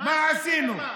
מה עשינו?